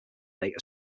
data